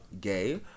gay